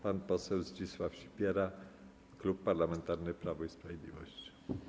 Pan poseł Zdzisław Sipiera, Klub Parlamentarny Prawo i Sprawiedliwość.